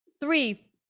three